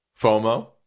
FOMO